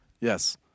Yes